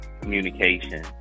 communication